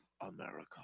America